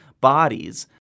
bodies